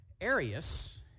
Arius